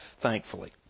thankfully